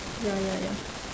ya ya ya